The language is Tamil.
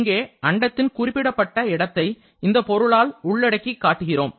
இங்கே அண்டத்தின் குறிப்பிடப்பட்ட இடத்தை இந்த பொருளால் உள்ளடக்கி காட்டுகிறோம்